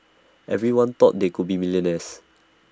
everyone thought they would be millionaires